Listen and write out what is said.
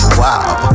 wow